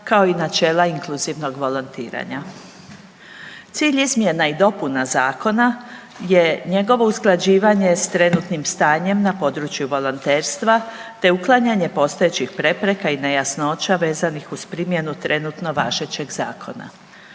kao i načela inkluzivnog volontiranja. Cilj izmjena i dopuna zakona je njegovo usklađivanje s trenutnim stanjem na području volonterstva, te uklanjanje postojećih prepreka i nejasnoća vezanih uz primjenu trenutno važećeg zakona,